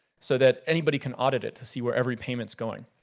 so that anybody can audit it, see where every payment is going.